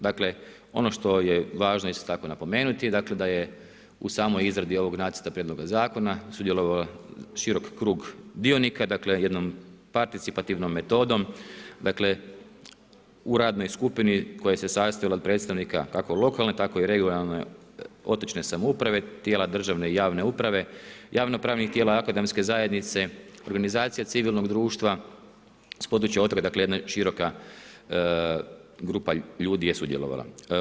Dakle ono što je važno isto tako napomenuti da je u samoj izradi ovog nacrta prijedloga zakona sudjelovalo širok krug dionika, jednom participativnom metodom, dakle u radnoj skupini koja se sastojala od predstavnika, kako lokalne, tako i regionalne otočne samouprave, tijela državne i javne uprave, javno pravnih tijela akademske zajednice, organizacija civilnog društva s područja otoka, dakle jedna široka grupa ljudi je sudjelovala.